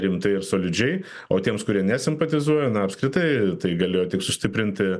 rimtai ir solidžiai o tiems kurie nesimpatizuoja na apskritai tai galėjo tik sustiprinti